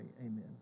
Amen